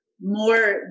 more